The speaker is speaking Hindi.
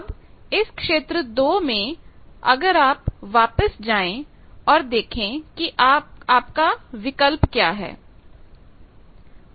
अब इस क्षेत्र २ में अगर आप वापिस जाएं और देखे कि आप विकल्प क्या है